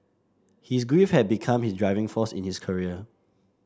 his grief had become his driving force in his career